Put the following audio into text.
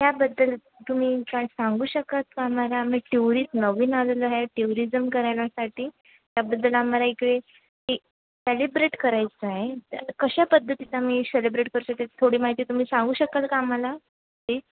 त्याबद्दल तुम्ही काय सांगू शकता का आम्हाला आम्ही ट्युरिस नवीन आलेलो आहे ट्युरिजम करण्यासाठी त्याबद्दल आम्हाला इकडे सेलिब्रेट करायचा आहे कशा पद्धतीत आम्ही शेलिब्रेट करू शकते थोडी माहिती तुम्ही सांगू शकाल का आम्हाला प्लीज